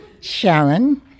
Sharon